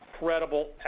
incredible